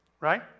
Right